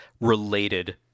related